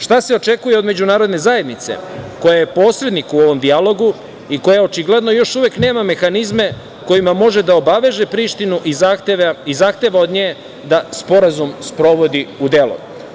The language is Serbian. Šta se očekuje od međunarodne zajednice koja je posrednik u ovom dijalogu i koja očigledno još uvek nema mehanizme kojima može da obaveže Prištinu i zahteva od nje da sporazum sprovodi u delo?